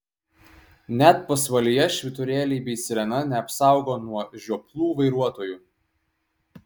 net pasvalyje švyturėliai bei sirena neapsaugo nuo žioplų vairuotojų